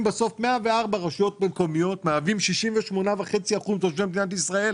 בסוף 104 רשויות מקומיות שמהוות 68.5 אחוזים מתושבי מדינת ישראל,